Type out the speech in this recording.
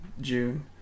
June